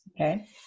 okay